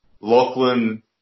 Lachlan